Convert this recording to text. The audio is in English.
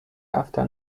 after